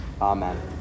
Amen